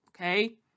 okay